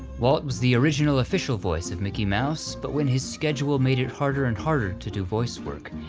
walt was the original official voice of mickey mouse, but when his schedule made it harder and harder to do voice work,